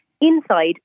inside